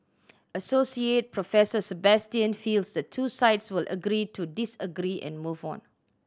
Assoc Professor Sebastian feels the two sides will agree to disagree and move on